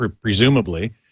presumably